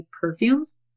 perfumes